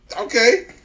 Okay